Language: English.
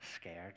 scared